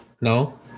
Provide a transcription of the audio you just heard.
No